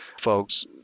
folks